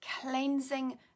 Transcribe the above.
cleansing